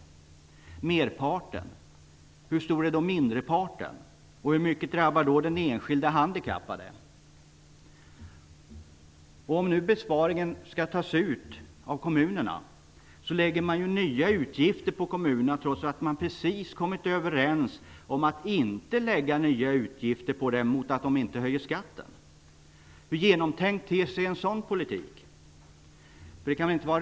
Regeringen talar om merparten, men hur stor är då mindreparten? Hur mycket av detta drabbar den enskilde handikappade? Om besparingen skall tas ut av kommunerna innebär det att nya utgifter läggs på dem, trots att man precis har kommit överens om att inte göra det i utbyte mot att kommunerna inte höjer skatten. Hur genomtänkt ter sig en sådan politik?